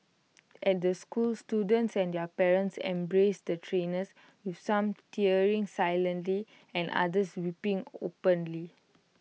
at the school students and their parents embraced the trainers with some tearing silently and others weeping openly